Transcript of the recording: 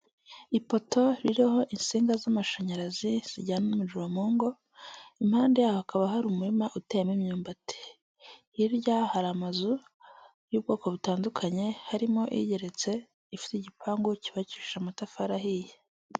Ipoto ririho insinga z'amashanyarazi zijyana umuriro mu ngo impande yaho hakaba hari umurima uteyemo imyumbati, hirya hari amazu y'ubwoko butandukanye harimo iyigeretse ifite igipangu cyubakishije amatafari ahiye.